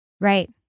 Right